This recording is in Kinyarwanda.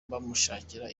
bamushakira